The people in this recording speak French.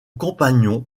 compagnon